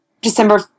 December